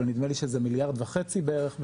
אבל נדמה לי שזה מיליארד וחצי בערך,